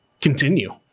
continue